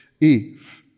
Eve